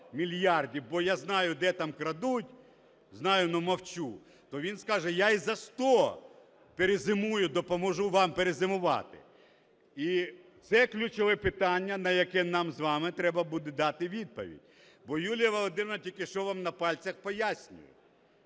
бо я знаю де там крадуть, знаю, но мовчу, то він скаже, я і за 100 перезимую, допоможу вам перезимувати. І це ключове питання, на яке нам з вами треба буде дати відповідь. Бо Юлія Володимирівна тільки що вам на пальцях пояснює: